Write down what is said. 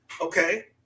Okay